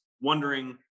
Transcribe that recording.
wondering